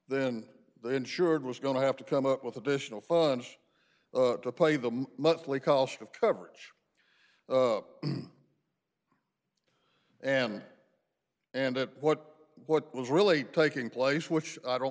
then the insured was going to have to come up with additional funds to play the monthly cost of coverage and and it what what was really taking place which i don't